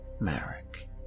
Merrick